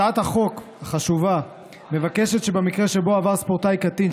הצעת החוק החשובה מבקשת לקבוע שבמקרה שבו עבר ספורטאי קטין,